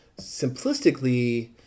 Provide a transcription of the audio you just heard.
simplistically